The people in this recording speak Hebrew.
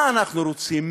מה אנחנו רוצים?